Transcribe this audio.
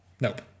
Nope